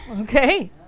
Okay